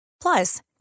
Plus